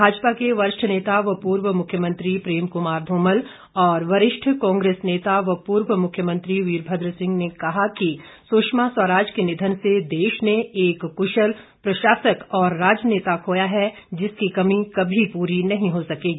भाजपा के वरिष्ठ नेता व पूर्व मुख्यमंत्री प्रेम कुमार धूमल और वरिष्ठ कांग्रेस नेता व पूर्व मुख्यमंत्री वीरभद्र सिंह ने कहा कि सुषमा स्वराज के निधन से देश ने एक कुशल प्रशासक और राजनेता खोया है जिसकी कमी कभी पूरी नहीं हो सकेगी